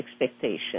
expectations